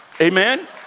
Amen